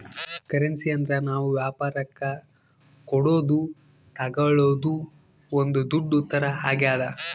currency ಅಂದ್ರ ನಾವ್ ವ್ಯಾಪರಕ್ ಕೊಡೋದು ತಾಗೊಳೋದು ಒಂದ್ ದುಡ್ಡು ತರ ಆಗ್ಯಾದ